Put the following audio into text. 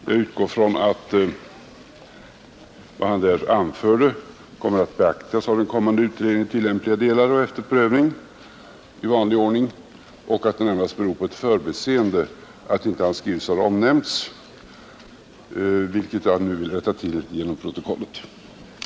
Jag utgår från att vad han där anfört kommer att beaktas av den kommande utredningen i tillämpliga delar och efter prövning i vanlig ordning. Jag antar att det närmast beror på ett förbiseende att hans skrivelse inte har omnämnts i utskottsbetänkandet, vilket jag nu i någon mån vill rätta till genom att anföra detta till protokollet.